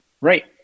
Right